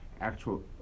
actual